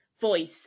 voice